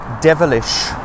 devilish